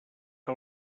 que